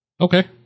Okay